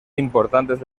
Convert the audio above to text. importantes